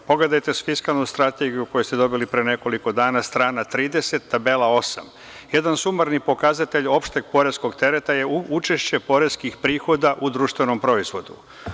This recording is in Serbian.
Pogledajte fiskalnu strategiju koju ste dobili pre nekoliko dana, strana 30. tabela 8. Jedan sumorni pokazatelj opšteg poreskog tereta je učešće poreskih prihoda u društvenom proizvodu.